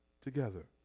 together